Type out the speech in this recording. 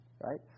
Right